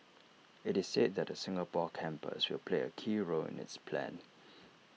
IT is said that the Singapore campus will play A key role in its plan